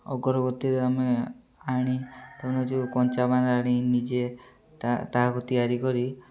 ଅଗରବତୀରେ ଆମେ ଆଣି ତେଣୁ ଯେଉଁ କଞ୍ଚା ମାଲ୍ ଆଣି ନିଜେ ତା' ତାହାକୁ ତିଆରି କରି